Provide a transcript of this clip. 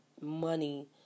money